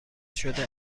شده